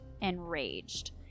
enraged